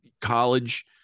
college